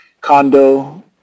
condo